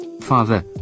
father